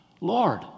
Lord